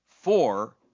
Four